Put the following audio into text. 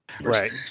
Right